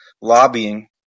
lobbying